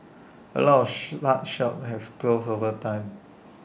A lots such shops have closed over time